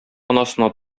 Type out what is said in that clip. анасына